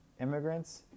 immigrants